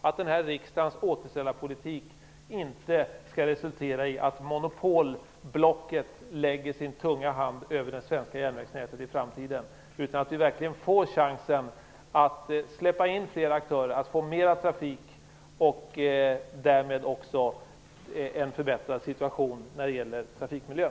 Det är väl inte monopolpratet i sig som är intressant, utan det är ansvaret och frågan om hur det skall fungera. Därför vägrar vi ta ideologisk ståndpunkt för eller emot avreglering. Vi säger nej till avreglering i dag, därför att det kommer inte att innebära en förbättring och utökning av järnvägstrafiken.